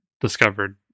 discovered